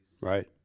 Right